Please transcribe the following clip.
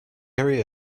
area